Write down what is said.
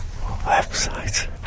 website